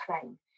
claim